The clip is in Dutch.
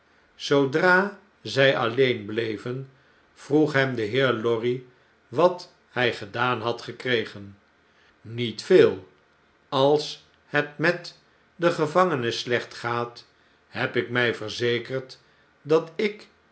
zoodra zg alleen bleven vroeg hem de heer lorry wat hjj gedaan had gekregen met veel als het met den gevangene slecht gaat heb ik mg verzekerd dat ik